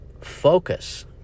focus